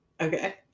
Okay